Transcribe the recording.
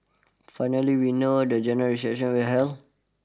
finally we know when the General Election will held